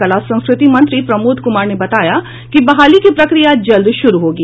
कला संस्कृति मंत्री प्रमोद कुमार ने बताया कि बहाली की प्रक्रिया जल्द शुरू होगी